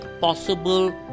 possible